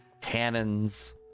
cannons